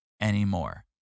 anymore